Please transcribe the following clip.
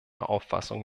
auffassung